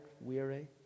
weary